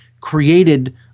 created